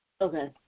Okay